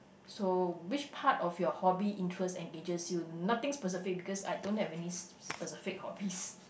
so which part of your hobby interests engages you nothing specific because I don't have any s~ specific hobbies